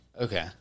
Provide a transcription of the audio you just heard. Okay